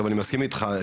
גם אני מסכים איתך,